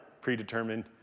predetermined